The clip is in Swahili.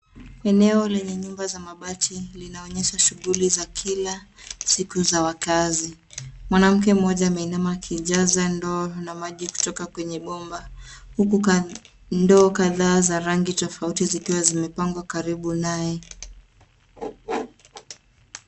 Eneo lenye nyumba za mabati linaonyesha shughuli za kila siku za wakaazi. Mwanamke mmoja ameinama akijaza ndoo na maji kutoka kwenye bomba. Huku kando ndoo kadhaa za rangi tofauti zikiwa zimepangwa karibu naye.